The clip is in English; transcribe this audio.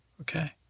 okay